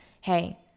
hey